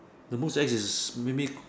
the most ex is maybe